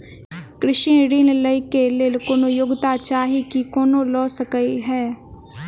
कृषि ऋण लय केँ लेल कोनों योग्यता चाहि की कोनो लय सकै है?